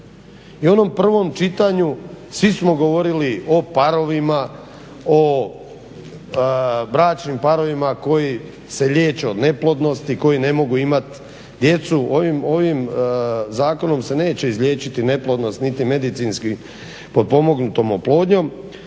u onom prvom čitanju svi smo govorili o parovima, o bračnim parovima koji se liječe od neplodnosti, koji ne mogu imat djecu. Ovim zakonom se neće izliječiti neplodnost niti medicinski potpomognutom oplodnjom,